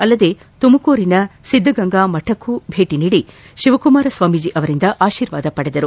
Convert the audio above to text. ಅಲ್ಲದೆ ತುಮಕೂರಿನ ಸಿದ್ದಗಂಗಾ ಮಠಕ್ಕೂ ಭೇಟಿ ನೀಡಿ ಶಿವಕುಮಾರ ಸ್ವಾಮೀಜಿಯವರ ಆಶಿರ್ವಾದ ಪಡೆದರು